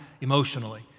emotionally